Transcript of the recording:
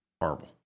Horrible